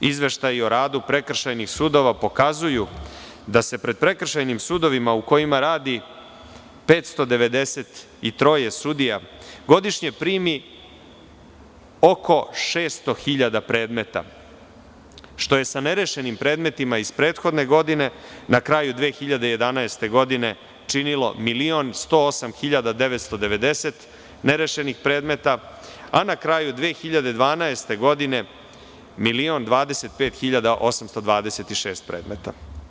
Izveštaji o radu prekršajnih sudova pokazuju da se pred prekršajnim sudovima u kojima radi 593 sudija godišnje primi oko 600.000 predmeta, što je sa nerešenim predmetima iz prethodne godine, na kraju 2011. godine, činilo 1.108.990 nerešenih predmeta, a na kraju 2012. godine 1.025.826 predmeta.